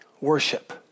worship